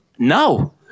No